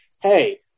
Hey